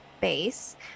base